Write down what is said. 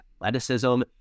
athleticism